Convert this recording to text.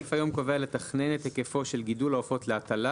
הסעיף היום קובע לתכנן את היקפו של גידול העופות להטלה,